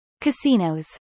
Casinos